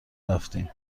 رفتیم